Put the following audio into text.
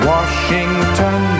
Washington